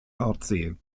nordsee